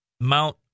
Mount